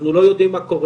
אנחנו לא יודעים מה קורה,